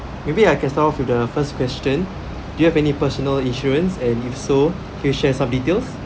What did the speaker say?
maybe I can start off with the first question do you have any personal insurance and if so please share some details